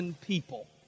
people